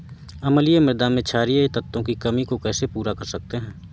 अम्लीय मृदा में क्षारीए तत्वों की कमी को कैसे पूरा कर सकते हैं?